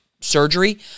surgery